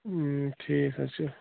ٹھیٖک حظ چھُ